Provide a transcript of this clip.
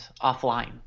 offline